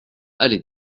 allée